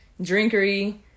Drinkery